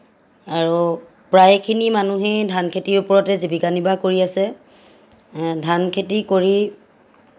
আৰু প্ৰায়খিনি মানুহেই ধান খেতিৰ ওপৰতেই জীৱিকা নিৰ্বাহ কৰি আছে ধান খেতি কৰি